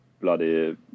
bloody